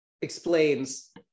explains